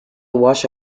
wash